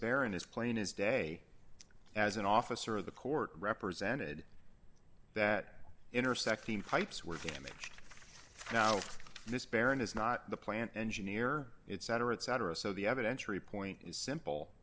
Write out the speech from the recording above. and as plain as day as an officer of the court represented that intersection pipes were damaged now this parent is not the plant engineer it's cetera et cetera so the evidence re point is simple